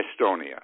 Estonia